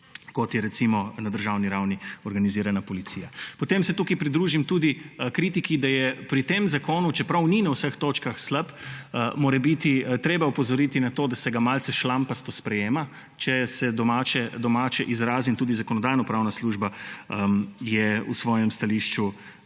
kot je recimo na državni ravni organizirana policija. Potem se tukaj pridružim tudi kritiki, da je pri tem zakonu, čeprav ni na vseh točkah slab, morebiti treba opozoriti na to, da se ga malce šlampasto sprejema, če se po domače izrazim. Tudi Zakonodajno-pravna služba je v svojem stališču